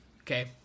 Okay